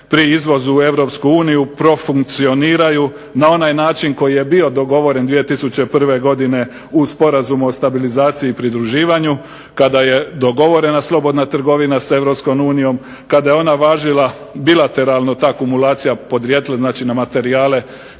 u Europsku uniju profunkcioniraju na onaj način koji je bio dogovoren 2001. godine u Sporazumu o stabilizaciji i pridruživanju kada je dogovorena slobodna trgovina s Europskom unijom, kada je ona važila bilateralno ta kumulacija podrijetla, znači na materijale,